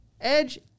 Edge